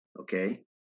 okay